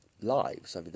lives